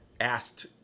asked